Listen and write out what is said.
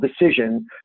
decision